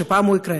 שפעם הוא יקרה.